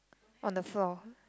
on the floor